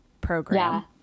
program